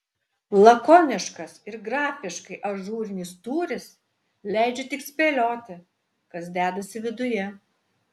lakoniškas ir grafiškai ažūrinis tūris leidžia tik spėlioti kas dedasi viduje